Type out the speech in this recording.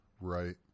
right